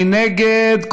מי נגד?